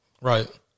Right